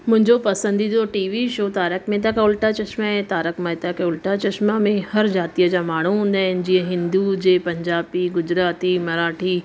मुंहिंजो पसंदीदो T V show Tarak Mehta ka Ulta Chashma आहे तारक मेहता का उल्टा चश्मा में हर जातीअ जा माण्हू हूंदा आहिनि जीअं हिंदू हुजे पंजाबी गुजराती मराठी